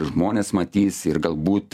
žmonės matys ir galbūt